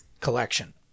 collection